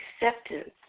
Acceptance